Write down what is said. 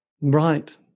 Right